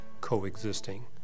coexisting